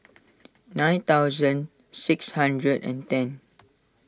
nine thousand six hundred and ten